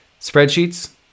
spreadsheets